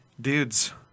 dudes